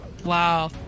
Wow